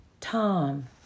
Tom